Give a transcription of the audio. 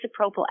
isopropyl